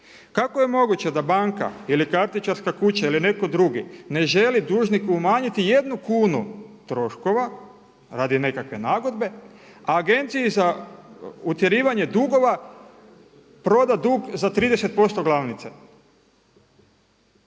Kako je moguće da banka ili kartičarska kuća ili netko drugi ne želi dužniku umanjiti jednu kunu troškova radi nekakve nagodbe Agenciji za utjerivanje dugova proda dug za 30% glavnice.